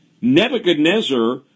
Nebuchadnezzar